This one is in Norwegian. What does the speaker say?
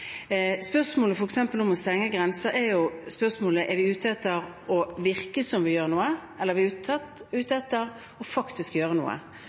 om f.eks. å stenge grenser er jo spørsmålet: Er vi ute etter å virke som om vi gjør noe, eller er vi ute etter faktisk å gjøre noe?